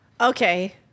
Okay